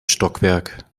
stockwerk